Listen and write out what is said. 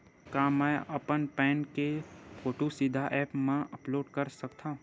का मैं अपन पैन के फोटू सीधा ऐप मा अपलोड कर सकथव?